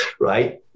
right